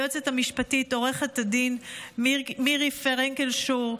ליועצת המשפטית עו"ד מירי פרנקל שור,